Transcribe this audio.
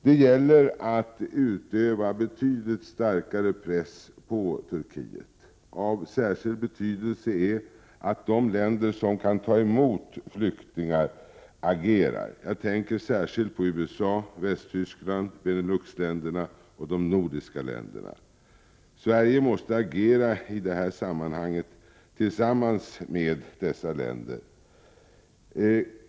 Det gäller att utöva betydligt starkare press på Turkiet. Av särskild betydelse är att de länder som kan ta emot flyktingar agerar. Jag tänker särskilt på USA, Västtyskland, Benelux-länderna och de nordiska länderna. Sverige måste agera i detta sammanhang tillsammans med dessa länder.